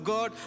God